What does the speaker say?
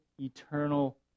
eternal